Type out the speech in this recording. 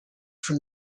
from